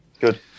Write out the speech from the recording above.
Good